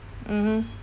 mmhmm